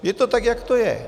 Je to tak, jak to je.